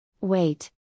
Wait